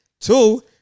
Two